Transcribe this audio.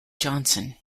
johnson